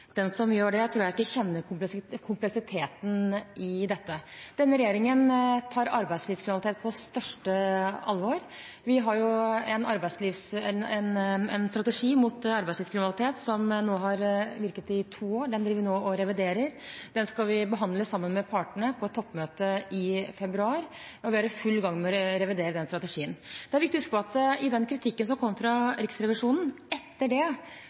Den som gjør det, tror jeg ikke kjenner kompleksiteten i dette. Denne regjeringen tar arbeidslivskriminalitet på største alvor. Vi har en strategi mot arbeidslivskriminalitet som nå har virket i to år. Den driver vi nå og reviderer. Den skal vi behandle sammen med partene på et toppmøte i februar, og vi er i full gang med å revidere den strategien. Det er viktig å huske på at etter den kritikken som kom fra Riksrevisjonen,